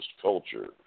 culture